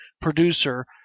producer